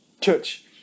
Church